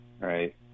Right